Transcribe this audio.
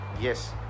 Yes